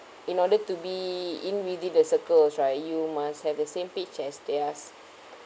in order to be in within the circles right you must have the same page as theirs